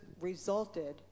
resulted